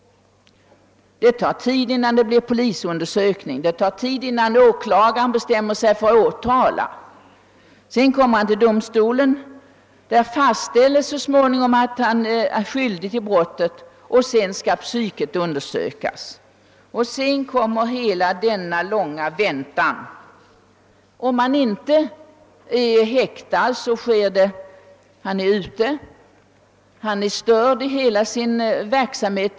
Det tar tid, innan det kan bli polisundersökning, det tar tid, innan åklagaren bestämmer sig för att väcka åtal. Sedan kommer vederbörande inför domstolen. Denna fastställer så småningom att han är skyldig till brottet, och så skall hans psyke undersökas. Därefter kommer åter en lång väntan. Om han inte är häktad utan är på fri fot, blir han dock störd i hela sin verksamhet.